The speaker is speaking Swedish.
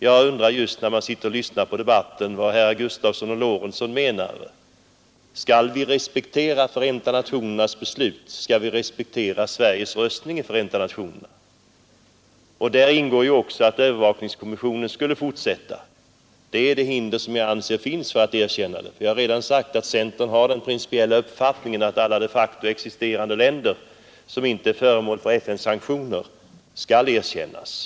Jag undrade när jag lyssnade på debatten, vad herrar Gustavsson i Nässjö och Lorentzon menade. Skall vi respektera Förenta nationernas beslut? Skall vi respektera Sveriges röstning i Förenta nationerna? I FN:s beslut ingår att övervakningskommissionen skall fortsätta sin verksamhet, och det är ett hinder som jag anser finns för ett erkännande. Det har redan sagts att centern har den principiella uppfattningen att alla de facto existerande länder, som inte är föremål för FN-sanktioner, skall erkännas.